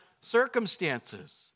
circumstances